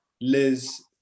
Liz